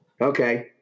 Okay